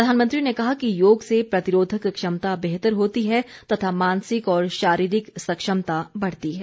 प्रधानमंत्री ने कहा कि योग से प्रतिरोधक क्षमता बेहतर होती है तथा मानसिक और शारीरिक सक्षमता बढ़ती है